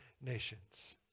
nations